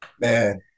Man